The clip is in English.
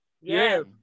Yes